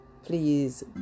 Please